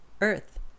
earth